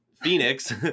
Phoenix